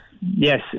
Yes